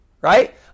right